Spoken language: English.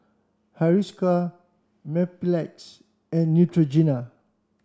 Hiruscar Mepilex and Neutrogena